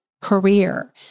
career